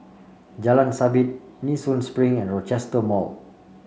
Jalan Sabit Nee Soon Spring and Rochester Mall